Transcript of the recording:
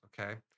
okay